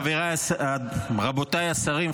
רבותיי השרים,